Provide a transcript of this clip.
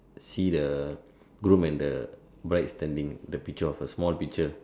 see the groom and the bride standing the picture of a small picture